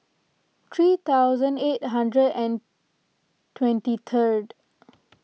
three thousand eight hundred and twenty third